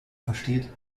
versteht